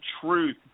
truth